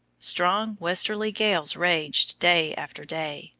strong westerly gales raged day after day,